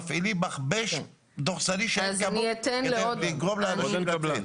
מפעילים מכבש דורסני מאין כמוהו לגרום לאנשים לצאת.